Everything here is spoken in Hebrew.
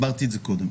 הסברתי את זה קודם.